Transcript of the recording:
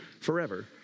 forever